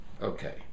okay